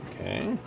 Okay